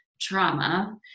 trauma